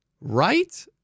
Right